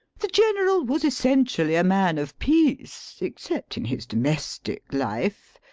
the general was essentially a man of peace, except in his domestic life.